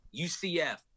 UCF